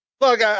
Look